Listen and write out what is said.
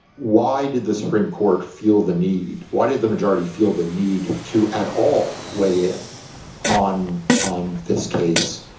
why did the supreme court feel the need? why did the majority feel the need to at all weigh in on on this case,